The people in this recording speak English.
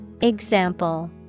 Example